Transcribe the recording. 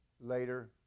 later